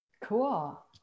Cool